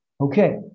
Okay